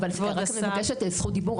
אני מבקשת זכות דיבור.